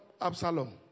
Absalom